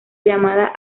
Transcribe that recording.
llamada